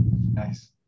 nice